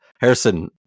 Harrison